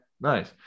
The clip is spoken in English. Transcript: nice